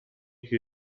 che